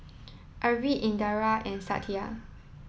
Arvind Indira and Satya